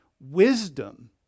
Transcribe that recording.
Wisdom